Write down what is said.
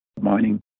mining